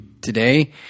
today